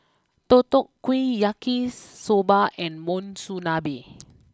Deodeok Gui Yaki Soba and Monsunabe